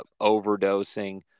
overdosing